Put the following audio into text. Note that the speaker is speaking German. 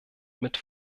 mit